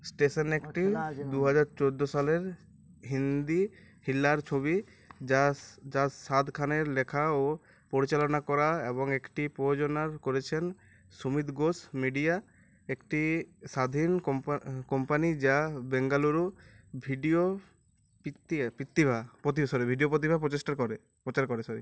station একটি দু হাজার চোদ্দো সালের হিন্দি থ্রিলার ছবি যাস যা সাদ খানের লেখা ও পরিচালনা করা অ্যাবং একটি প্রযোজনা করেছেন সুমিত ঘোষ মিডিয়া একটি স্বাধীন কোম্পা কোম্পানি যা বেঙ্গালুরু ভিডিও পিত্তি পিত্তিভা পোতিভা সরি ভিডিও পোতিভা পোচেষ্টা করে প্রচার করে সরি